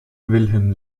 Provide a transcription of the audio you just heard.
wilhelm